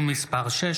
(תיקון מס' 6,